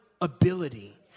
ability